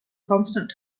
constant